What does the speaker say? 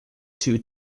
two